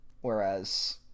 Whereas